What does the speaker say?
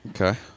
Okay